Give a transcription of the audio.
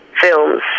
films